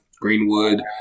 Greenwood